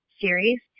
series